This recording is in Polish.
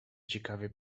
ciekawie